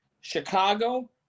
Chicago